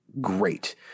Great